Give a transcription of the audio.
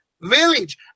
village